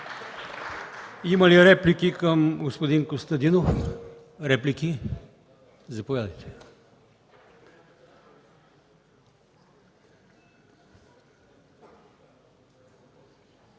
Има ли реплики към господин Костадинов? Заповядайте.